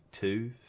two